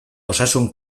osasun